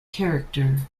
character